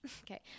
Okay